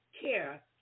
care